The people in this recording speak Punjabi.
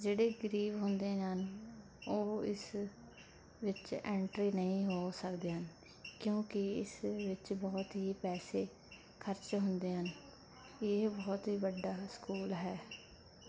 ਜਿਹੜੇ ਗਰੀਬ ਹੁੰਦੇ ਹਨ ਉਹ ਇਸ ਵਿੱਚ ਐਂਟਰੀ ਨਹੀਂ ਹੋ ਸਕਦੇ ਹਨ ਕਿਉਂਕਿ ਇਸ ਵਿੱਚ ਬਹੁਤ ਹੀ ਪੈਸੇ ਖਰਚ ਹੁੰਦੇ ਹਨ ਇਹ ਬਹੁਤ ਹੀ ਵੱਡਾ ਹੈ ਸਕੂਲ ਹੈ